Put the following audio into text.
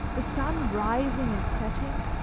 the sun rising and setting?